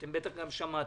ואתם בטח גם שמעתם,